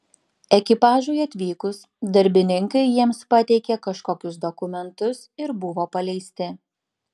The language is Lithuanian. ekipažui atvykus darbininkai jiems pateikė kažkokius dokumentus ir buvo paleisti